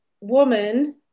woman